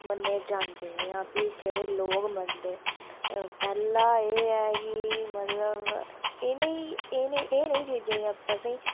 मन्ने जांदे जां फ्ही जेह्ड़े लोग मनदे पैह्ला एह् ऐ कि मतलव इनें एह् नेही चीजें असेंईं